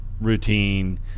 routine